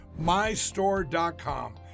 MyStore.com